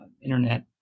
internet